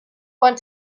want